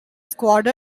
squared